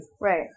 Right